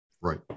Right